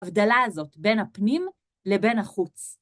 הבדלה הזאת בין הפנים לבין החוץ.